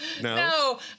No